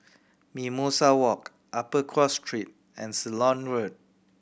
Mimosa Walk Upper Cross Street and Ceylon Road